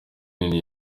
nini